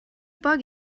bug